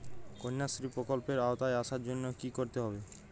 কন্যাশ্রী প্রকল্পের আওতায় আসার জন্য কী করতে হবে?